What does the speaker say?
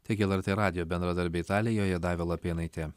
taigi lrt radijo bendradarbė italijoje daiva lapėnaitė